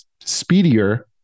speedier